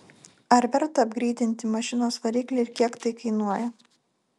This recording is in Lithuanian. ar verta apgreidinti mašinos variklį ir kiek tai kainuoja